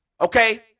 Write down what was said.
okay